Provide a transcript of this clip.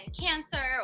Cancer